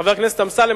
חבר הכנסת אמסלם,